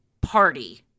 party